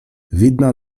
widna